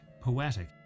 poetic